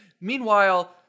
Meanwhile